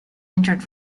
entered